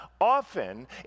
often